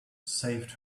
saved